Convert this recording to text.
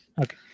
Okay